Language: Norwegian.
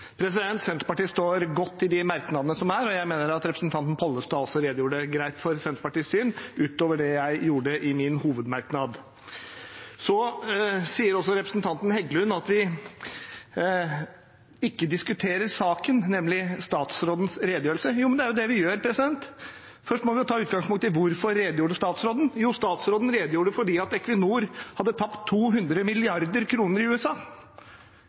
Senterpartiet står godt i de merknadene som er, og jeg mener at representanten Pollestad også redegjorde greit for Senterpartiets syn, utover det jeg gjorde i min hovedmerknad. Så sier også representanten Heggelund at vi ikke diskuterer saken, nemlig statsrådens redegjørelse. Men det er jo det vi gjør. Først må vi ta utgangspunkt i hvorfor statsråden redegjorde. Jo, statsråden redegjorde fordi Equinor hadde tapt 200 mrd. kr i USA.